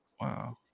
Wow